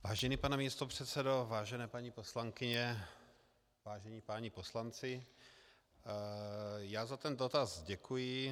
Vážený pane místopředsedo, vážené paní poslankyně, vážení páni poslanci, já za ten dotaz děkuji.